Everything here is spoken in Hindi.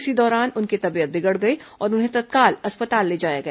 इसी दौरान उनकी तबीयत बिगड़ गई और उन्हें तत्काल अस्पताल ले जाया गया